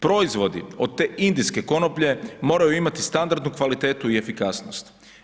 Proizvodi od te indijske konoplje moraju imati standardnu kvaliteti i efikasnost.